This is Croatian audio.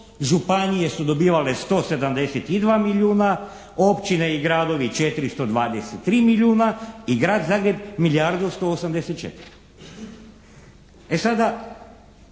županije su dobivale 172 milijuna, općine i gradovi 423 milijuna i Grad Zagreb milijardu 184. E sada